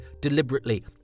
deliberately